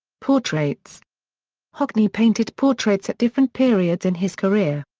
portraits hockney painted portraits at different periods in his career.